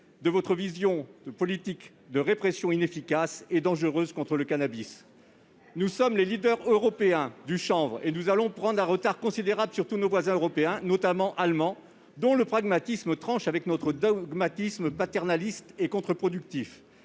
de votre politique de répression inefficace et dangereuse contre le cannabis. Nous sommes les leaders européens du chanvre, et nous allons prendre un retard considérable sur tous nos voisins européens, notamment sur les Allemands, dont le pragmatisme tranche avec votre dogmatisme paternaliste et contre-productif.